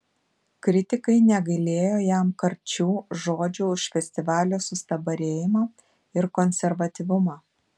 kritikai negailėjo jam karčių žodžių už festivalio sustabarėjimą ir konservatyvumą